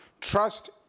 Trust